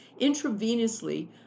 intravenously